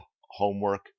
homework